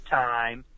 time